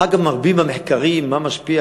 אחר כך מראים במחקרים מה משפיע